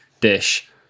dish